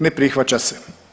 Ne prihvaća se.